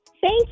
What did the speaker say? Thank